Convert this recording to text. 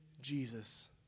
Jesus